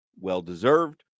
Well-deserved